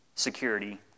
security